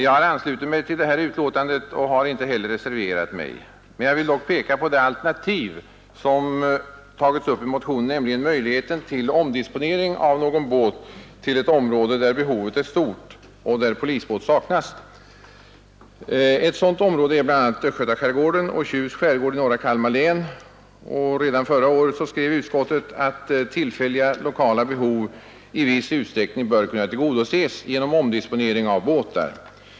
Jag har anslutit mig till utskottets skrivning och har inte reserverat mig mot denna, men jag vill ändå peka på det alternativ som tas upp i motionen, nämligen möjligheten till omdisponering av någon båt till ett område där behovet är stort och där polisbåt saknas. Sådana områden är bl.a. östgötaskärgården och Tjusts skärgård i norra Kalmar län. Redan förra året skrev utskottet att tillfälliga lokala behov i viss utsträckning bör kunna tillgodoses genom omdisponering av båtar.